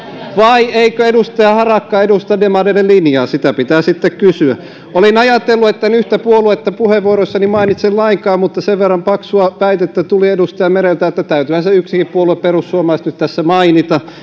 vai eikö edustaja harakka edusta demareiden linjaa sitä pitää sitten kysyä olin ajatellut etten yhtä puoluetta puheenvuorossani mainitse lainkaan mutta sen verran paksua väitettä tuli edustaja mereltä että täytyyhän se yksikin puolue perussuomalaiset nyt tässä mainita